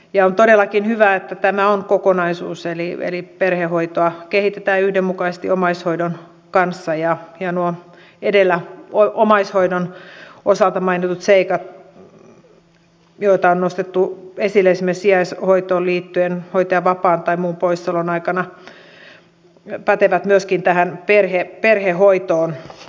on todellakin hyvä että tämä on kokonaisuus eli perhehoitoa kehitetään yhdenmukaisesti omaishoidon kanssa ja nuo edellä omaishoidon osalta mainitut seikat joita on nostettu esille esimerkiksi sijaishoitoon liittyen hoitajan vapaan tai muun poissaolon aikana pätevät myöskin perhehoitoon